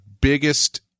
biggest